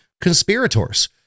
conspirators